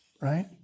Right